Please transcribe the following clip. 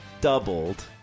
doubled